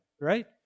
right